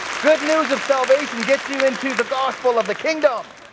good news of salvation gets you into the gospel of the kingdom.